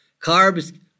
Carbs